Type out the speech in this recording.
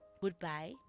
goodbye